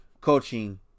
coaching